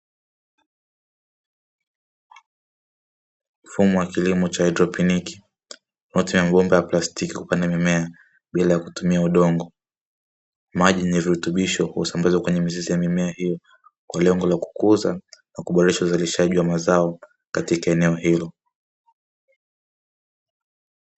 Mfumo wa kilimo cha haidroponi unaotumia mabomba ya plastiki kupanda mimea bila kutumia udongo, maji yenye virutubisho husambazwa kwenye mizizi ya mimea hiyo, kwa lengo la kukuza na kuboresha uzalishaji wa mazao katika eneo hilo.